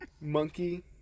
Monkey